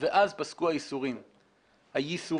ואז פסקו הייסורים שלו.